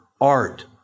art